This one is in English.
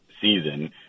season